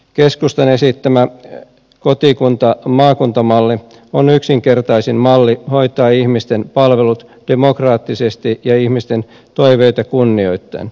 keskustan esittämä kotikuntamaakunta malli on yksinkertaisin malli hoitaa ihmisten palvelut demokraattisesti ja ihmisten toiveita kunnioittaen